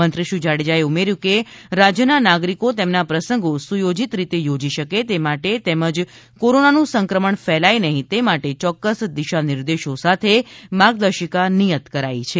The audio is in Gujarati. મંત્રીશ્રી જાડેજાએ ઉમેર્યું કે રાજ્યના નાગરિકો તેમના પ્રસંગો સુયોજીત રીતે યોજી શકે તે માટે તેમજ કોરોનાનું સંક્રમણ ફેલાય નહી તે માટે ચોક્કસ દિશા નિર્દેશો સાથે માર્ગદર્શિકા નિયત કરાઇ છે